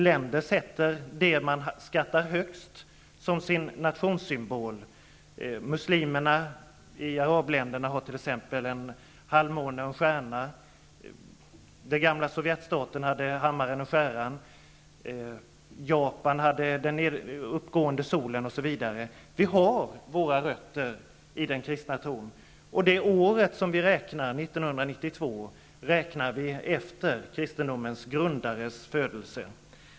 Länder sätter det man skattar högst som sin nationssymbol. Muslimerna i arabländerna har t.ex. en halvmåne och en stjärna. De gamla sovjetstaterna hade hammaren och skäran. I Japan har man den uppgående solen, osv. Vi har våra rötter i den kristna tron. Det år som vi nu har, år 1992, räknar vi efter kristendomens grundares födelse.